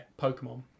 Pokemon